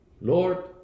Lord